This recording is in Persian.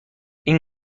این